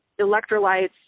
electrolytes